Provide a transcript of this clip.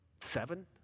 seven